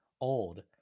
old